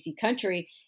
country